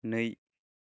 नै